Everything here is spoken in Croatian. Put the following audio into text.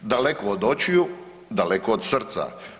Daleko od očiju, daleko od srca.